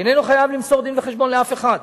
שאינו חייב למסור דין-וחשבון לאף אחד,